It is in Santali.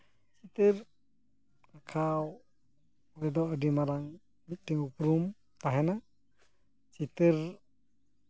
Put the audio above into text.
ᱪᱤᱛᱟᱹᱨ ᱟᱸᱠᱷᱟᱣ ᱨᱮᱫᱚ ᱟᱹᱰᱤ ᱢᱟᱨᱟᱝ ᱢᱤᱫᱴᱮᱱ ᱩᱯᱨᱩᱢ ᱛᱟᱦᱮᱱᱟ ᱪᱤᱛᱟᱹᱨ